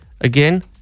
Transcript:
again